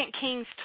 Kings